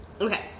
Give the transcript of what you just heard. Okay